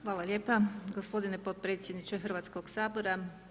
Hvala lijepo, gospodine potpredsjedniče Hrvatskog sabora.